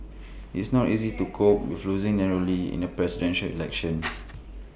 it's not easy to cope with losing narrowly in A Presidential Election